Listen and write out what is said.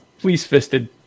police-fisted